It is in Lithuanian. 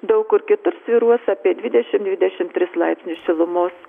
daug kur kitur svyruos apie dvidešimt didešimt tris laipsnius šilumos